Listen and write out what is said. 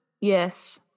Yes